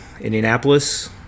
Indianapolis